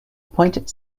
pointed